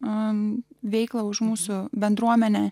man veiklą už mūsų bendruomenę